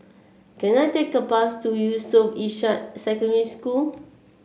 can I take a bus to Yusof Ishak Secondary School